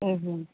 ಹ್ಞೂ ಹ್ಞೂ